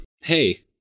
hey